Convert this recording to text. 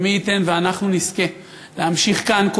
מי ייתן ואנחנו נזכה להמשיך כאן,